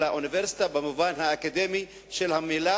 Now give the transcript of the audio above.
אלא אוניברסיטה במובן האקדמי של המלה,